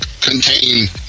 contain